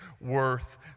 worth